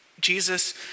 Jesus